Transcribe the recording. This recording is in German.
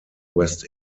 west